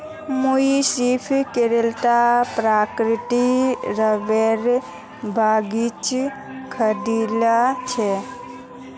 मुई सिर्फ केरलत प्राकृतिक रबरेर बगीचा दखिल छि